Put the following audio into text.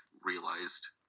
realized